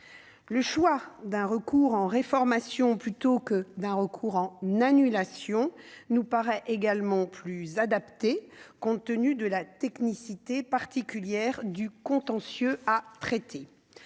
Le choix d'un recours en réformation, plutôt que d'un recours en annulation, nous paraît également plus adapté, compte tenu de la technicité particulière du contentieux à traiter.